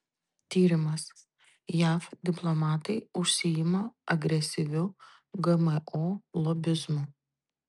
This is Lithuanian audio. tyrimas jav diplomatai užsiima agresyviu gmo lobizmu